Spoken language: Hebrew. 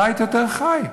הבית יותר חי,